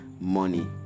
money